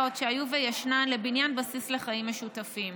שהיו וישנן לבניית בסיס לחיים משותפים.